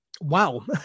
Wow